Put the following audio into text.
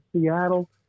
Seattle